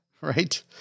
right